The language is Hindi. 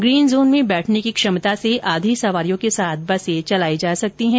ग्रीन जोन में बैठने की क्षमता से आधी सवारियों के साथ बसें चलायी जा सकती हैं